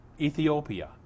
Ethiopia